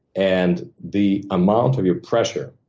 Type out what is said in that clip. and the amount of your pressure,